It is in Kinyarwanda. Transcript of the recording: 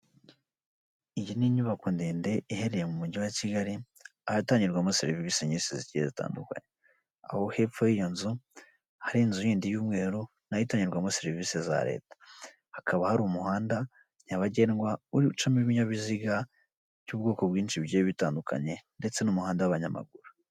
Iyi ni inyubako ndende iherereye mu mujyi wa Kigali ahatangirwamo serivisi nyinshi zigiye zitandukanye, aho hepfo y'iyo nzu hari inzu yindi y'umweru nayo itangirwamo serivisi za leta, hakaba hari umuhanda nyabagendwa uri gucamo ibinyabiziga by'ubwoko bwinshi bigiye bitandukanye ndetse n'umuhanda w'abanyamaguru.